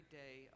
day